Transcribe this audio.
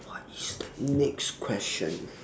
what is the next question